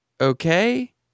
Okay